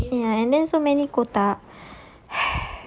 ya and then so many kotak